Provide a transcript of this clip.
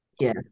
Yes